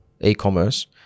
e-commerce